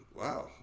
wow